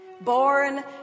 Born